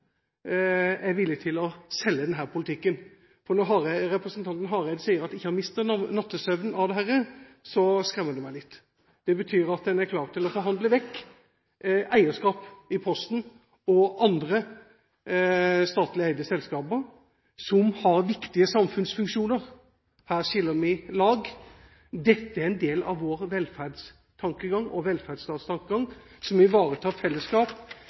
jeg frykter at Kristelig Folkeparti er villig til å selge denne politikken. Når representanten Hareide sier at han ikke mister nattesøvnen av dette, skremmer det meg litt. Det betyr at en er klar til å forhandle vekk eierskap i Posten og andre statlig eide selskaper som har viktige samfunnsfunksjoner. Her skiller vi lag. Dette er en del av vår velferdstankegang og velferdsstatstankegang, som ivaretar fellesskap